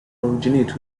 originate